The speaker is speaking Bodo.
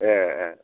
ए ए